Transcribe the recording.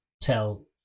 tell